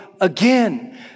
again